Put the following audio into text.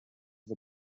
the